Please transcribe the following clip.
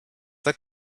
like